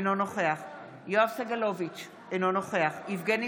אינו נוכח יואב סגלוביץ' אינו נוכח יבגני